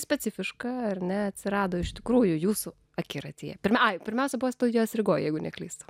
specifiška ar ne atsirado iš tikrųjų jūsų akiratyje pirma ai pirmiausia buvo studijos rygoj jeigu neklystu